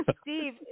Steve